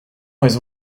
his